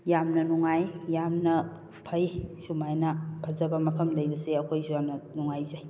ꯌꯥꯡꯅ ꯅꯨꯡꯉꯥꯏ ꯌꯥꯝꯅ ꯐꯩ ꯁꯨꯃꯥꯏꯅ ꯐꯖꯕ ꯃꯐꯝ ꯂꯩꯕꯁꯦ ꯑꯩꯈꯣꯏꯖꯨ ꯌꯥꯝꯅ ꯅꯨꯡꯉꯥꯏꯖꯩ